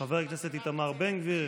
חבר הכנסת איתמר בן גביר.